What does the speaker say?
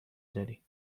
داری